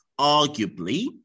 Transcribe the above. arguably